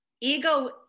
Ego